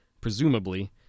presumably